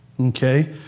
Okay